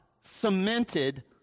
cemented